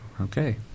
Okay